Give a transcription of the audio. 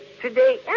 today